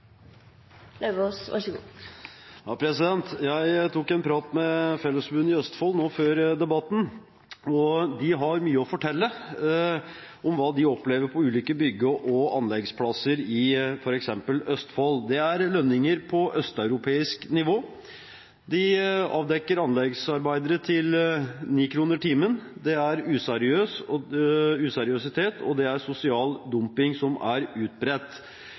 Jeg tok en prat med Fellesforbundet i Østfold nå før debatten, og de har mye å fortelle om hva de opplever på ulike bygge- og anleggsplasser f.eks. i Østfold. Det er lønninger på østeuropeisk nivå, de avdekker at anleggsarbeidere har en lønn på 9 kr i timen, useriøsitet og sosial dumping, som er utbredt.